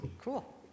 cool